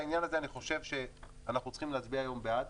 בעניין הזה אני חושב שאנחנו צריכים להצביע היום בעד,